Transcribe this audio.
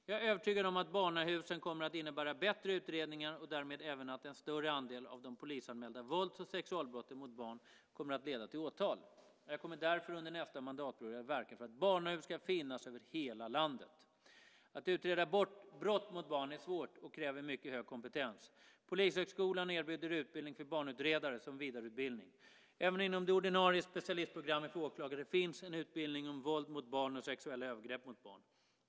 Jag är övertygad om att barnahusen kommer att innebära bättre utredningar och därmed även att en större andel av de polisanmälda vålds och sexualbrotten mot barn kommer att leda till åtal. Jag kommer därför under nästa mandatperiod att verka för att barnahus ska finnas över hela landet. Att utreda brott mot barn är svårt och kräver mycket hög kompetens. Polishögskolan erbjuder utbildning för barnutredare som vidareutbildning. Även inom det ordinarie specialistprogrammet för åklagare finns en utbildning om våld mot barn och sexuella övergrepp mot barn.